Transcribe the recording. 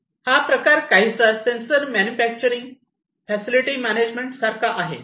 हा प्रकार काहीसा सेंसर मॅन्युफॅक्चरिंग फॅसिलिटी मॅनेजमेंट सारखा आहे